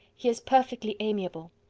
he is perfectly amiable.